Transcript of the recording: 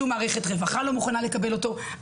שום מערכת רווחה לא מוכנה לקבל אותו.